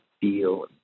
feel